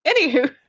anywho